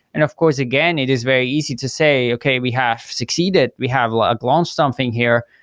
and of course again, it is very easy to say, okay, we have succeeded. we have ah launched something here.